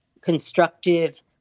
constructive